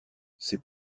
c’est